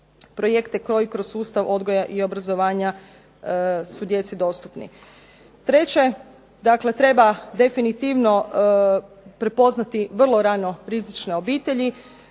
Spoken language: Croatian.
projekte koji kroz sustav odgoja i obrazovanja su djeci dostupni. Treće, treba definitivno prepoznati vrlo rano rizične obitelji